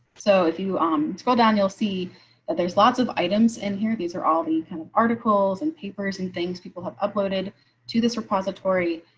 so if you um scroll down, you'll see that there's lots of items in here. these are all the kind of articles and papers and things people have uploaded to this repository,